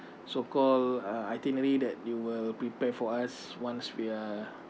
so called uh itinerary that you will prepare for us once we are